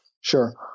Sure